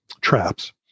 traps